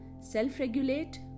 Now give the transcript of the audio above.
self-regulate